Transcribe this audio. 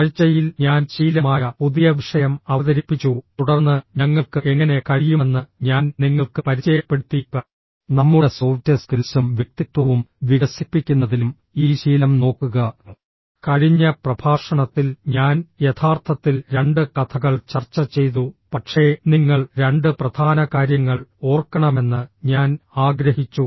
ആഴ്ചയിൽ ഞാൻ ശീലമായ പുതിയ വിഷയം അവതരിപ്പിച്ചു തുടർന്ന് ഞങ്ങൾക്ക് എങ്ങനെ കഴിയുമെന്ന് ഞാൻ നിങ്ങൾക്ക് പരിചയപ്പെടുത്തി നമ്മുടെ സോഫ്റ്റ് സ്കിൽസും വ്യക്തിത്വവും വികസിപ്പിക്കുന്നതിലും ഈ ശീലം നോക്കുക കഴിഞ്ഞ പ്രഭാഷണത്തിൽ ഞാൻ യഥാർത്ഥത്തിൽ രണ്ട് കഥകൾ ചർച്ച ചെയ്തു പക്ഷേ നിങ്ങൾ രണ്ട് പ്രധാന കാര്യങ്ങൾ ഓർക്കണമെന്ന് ഞാൻ ആഗ്രഹിച്ചു